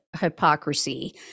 hypocrisy